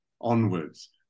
onwards